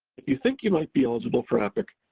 if you think you might be eligible for epic,